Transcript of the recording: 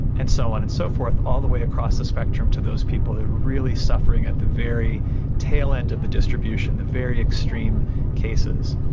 and so on and so forth, all the way across the spectrum to those people who are really suffering at the very tail end of the distribution, the very extreme cases.